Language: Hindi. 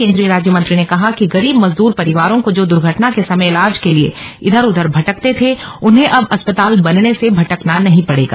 केन्द्रीय राज्य मंत्री ने कहा कि गरीब मजदूर परिवारों को जो दुर्घटना के समय इलाज के लिए इधर उधर भटकते थे उन्हें अब अस्पताल बनने से भटकना नहीं पड़ेगा